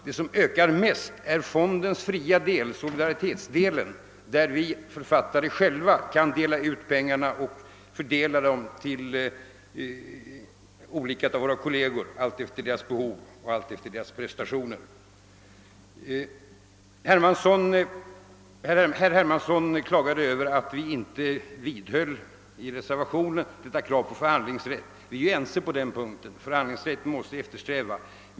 Det som ökar mest är nämligen fondens fria del, solidaritetsdelen, där vi författare själva kan dela ut pengarna till olika kolleger alltefter behov och prestationer. Herr Hermansson klagade över att vi inte i reservationen vidhöll kravet på förhandlingsrätt. Herr Hermansson och jag är ense på den punkten, att vi måste eftersträva förhandlingsrätt.